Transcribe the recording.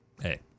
Hey